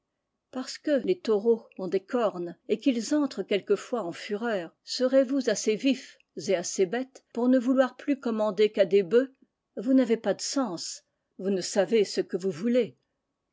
parce que les taureaux ont des cornes et qu'ils entrent quelquefois en fureur serez-vous assez vifs et assez bêtes pour ne vouloir plus commander qu'à des bœufs vous n'avez pas de sens vous ne savez ce que vous voulez